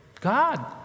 God